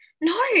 No